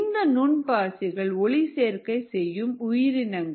இந்த நுண் பாசிகள் ஒளிச்சேர்க்கை செய்யும் உயிரினங்கள்